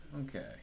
okay